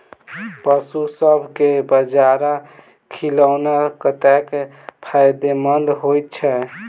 पशुसभ केँ बाजरा खिलानै कतेक फायदेमंद होइ छै?